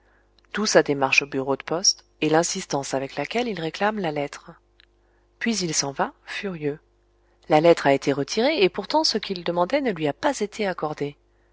d'où sa démarche au bureau de poste et l'insistance avec laquelle il réclame la lettre puis il s'en va furieux la lettre a été retirée et pourtant ce qu'il demandait ne lui a pas été accordé